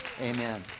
Amen